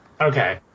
Okay